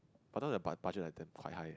but now the bud~ budget like damn quite high